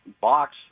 box